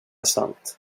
sant